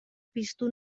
piztu